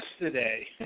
Yesterday